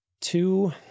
Two